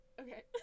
Okay